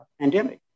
pandemic